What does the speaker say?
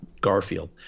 Garfield